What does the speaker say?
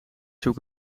zoek